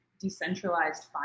decentralized